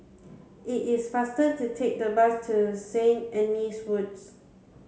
it is faster to take the bus to Saint Anne's Wood